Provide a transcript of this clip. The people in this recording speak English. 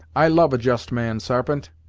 i love a just man, sarpent.